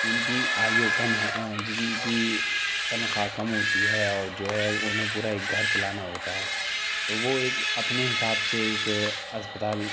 جن کی آیو کم ہے جن کی تنخواہ کم ہوتی ہے اور جو ہے انہیں پورا ایک گھر چلانا ہوتا ہے تو وہ ایک اپنے حساب سے ایک اسپتال